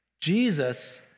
Jesus